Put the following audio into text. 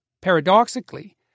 Paradoxically